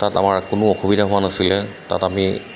তাত আমাৰ কোনো অসুবিধা হোৱা নাছিলে তাত আমি